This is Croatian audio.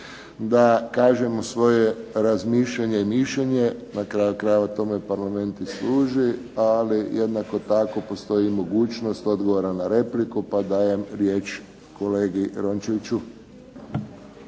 da kažemo svoje mišljenje i razmišljanje, na kraju krajeve tome Parlament i služi. Ali jednako tako postoji mogućost odgovora na repliku, pa dajem riječ kolegi Rončeviću.